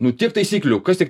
nu tiek taisyklių kas tiek